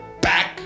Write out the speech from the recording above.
Back